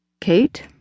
Kate